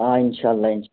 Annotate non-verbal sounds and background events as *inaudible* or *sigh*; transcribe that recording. آ اِنشاء اللہ *unintelligible*